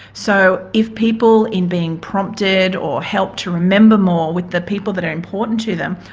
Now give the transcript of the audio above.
so if people in being prompted, or helped to remember more with the people that are important to them,